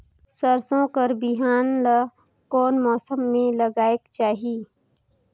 सरसो कर बिहान ला कोन मौसम मे लगायेक चाही?